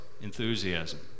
enthusiasm